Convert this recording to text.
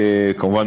כמובן,